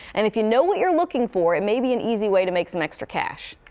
and if you know what you're looking for, it may be an easy way to make some extra cash.